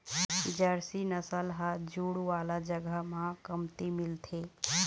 Jersey नसल ह जूड़ वाला जघा म कमती मिलथे